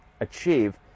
achieve